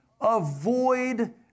avoid